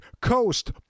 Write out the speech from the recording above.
Coast